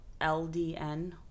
ldn